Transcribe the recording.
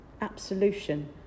Absolution